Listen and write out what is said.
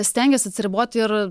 stengiesi atsiribot ir